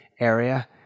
area